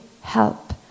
help